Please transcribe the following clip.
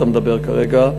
אתה מדבר כרגע,